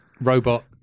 robot